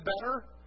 better